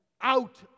out